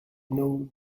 know